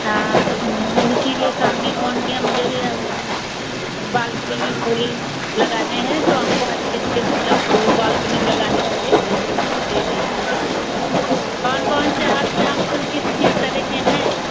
हाँ उसी लिए तो हम भी फोन किए मुझे भी अब उ बालकनी में फूल लगाने हैं तो हमको अच्छे अच्छे मतलब फूल बालकनी में लगाने वाले दे दीजिए कौन कौन से आपके यहाँ फूल किस किस तरह के हैं